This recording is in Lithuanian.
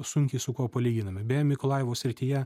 sunkiai su kuo palyginami beje mikolajevo srityje